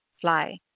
Fly